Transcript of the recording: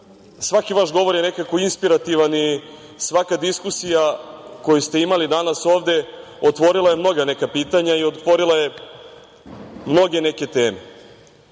svaki vaš govor je nekako inspirativan i svaka diskusija koju ste imali danas ovde otvorila je mnoga neka pitanja i otvorila je mnoge neke teme. Pre